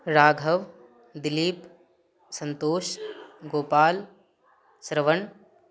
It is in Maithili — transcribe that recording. राघव दिलीप संतोष गोपाल श्रवण